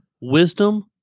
Wisdom